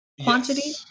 quantity